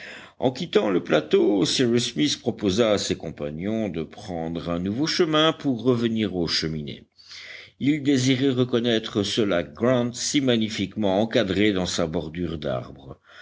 en quittant le plateau cyrus smith proposa à ses compagnons de prendre un nouveau chemin pour revenir aux cheminées il désirait reconnaître ce lac grant si magnifiquement encadré dans sa bordure d'arbres